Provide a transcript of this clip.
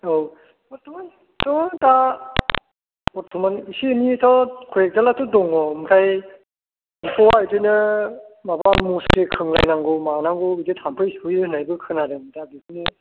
औ बर्थमानथ' दा खस्थब्लाबो एसे एनैयाथ' खय एकथालायाथ' दङ ओमफ्राय एम्फौआ बिदिनो माबा मुस्रि खोंलायनांगौ मानांगौ बिदि थाम्फै सुयो होन्नायबो खोनादों दा बेखौनो